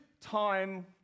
time